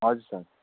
हजुर सर